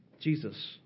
Jesus